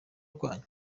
rwanyu